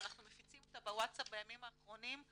שאנחנו מפיצים אותה בוואטסאפ בימים האחרונים,